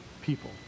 people